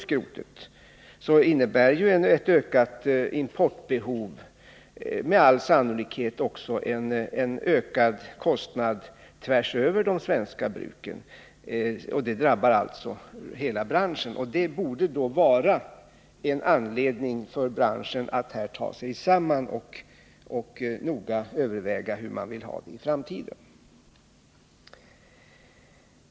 Ett beslut om ökad import innebär med all sannolikhet en ökad kostnad för de svenska bruken. Det drabbar alltså hela branschen. Det borde vara en anledning för branschen att här ta sig samman och noga överväga hur man vill ha det i framtiden.